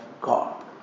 God